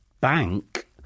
bank